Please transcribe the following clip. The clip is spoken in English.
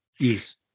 Yes